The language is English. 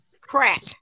crack